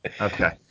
Okay